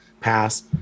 pass